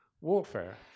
warfare